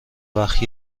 وقت